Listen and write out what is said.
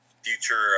future